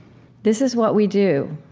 this is what we do.